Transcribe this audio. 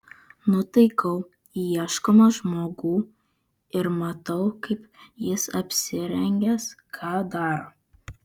nutaikau į ieškomą žmogų ir matau kaip jis apsirengęs ką daro